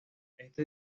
este